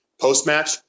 post-match